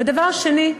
ודבר שני,